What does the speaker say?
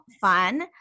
fun